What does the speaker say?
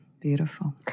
Beautiful